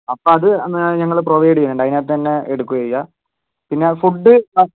അപ്പോൾ അത് ഞങ്ങള് പ്രൊവൈഡ് ചെയ്യുന്നുണ്ട് അതിന് അകത്ത് നിന്ന് തന്നെ എടുക്കുകയാണ് ചെയ്യുക പിന്നെ ഫുഡ്